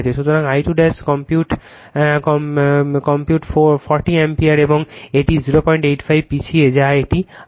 সুতরাং I2 compute 40 ampere এবং এটি 085 পিছিয়ে যা একটি I2